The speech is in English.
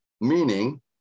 meaning